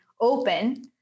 open